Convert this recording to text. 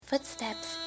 Footsteps